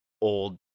old